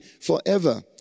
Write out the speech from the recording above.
forever